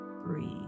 breathe